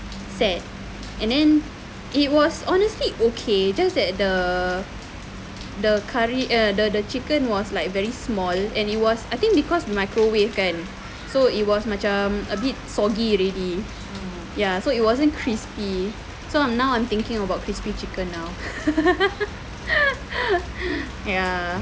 set and then it was honestly okay just that the the curry err the the chicken was like very small and it was I think because microwave kan so it was macam a bit soggy already ya so it wasn't crispy so I'm now I'm thinking about crispy chicken now ya